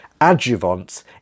adjuvants